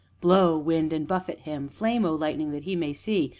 blow, wind, and buffet him! flame, o lightning, that he may see!